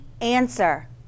answer